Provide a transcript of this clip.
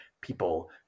people